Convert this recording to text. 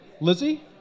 Lizzie